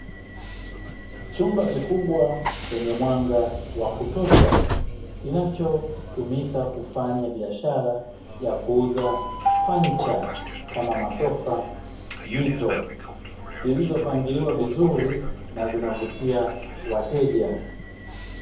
Chumba kikubwa cheye mwanga wakutosha kinachotumika kufanya biashara ya kuuza samani kama masofa, mito zilizopangiliwa vizuri na zinavutia wateja.